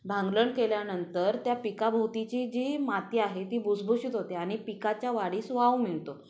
भांगलण केल्यानंतर त्या पिकाभोवतीची जी माती आहे ती भुसभुशीत होते आणि पिकाच्या वाढीस वाव मिळतो